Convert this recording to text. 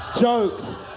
Jokes